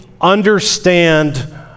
understand